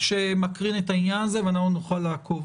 שמקרין את העניין הזה ואנחנו נוכל לעקוב.